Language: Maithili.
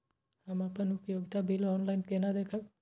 हम अपन उपयोगिता बिल ऑनलाइन केना देखब?